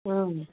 ꯑꯪ